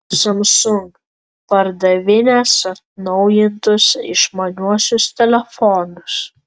samsung pardavinės atnaujintus išmaniuosius telefonus